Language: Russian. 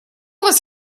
вас